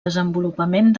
desenvolupament